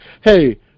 Hey